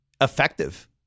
effective